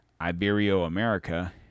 Ibero-America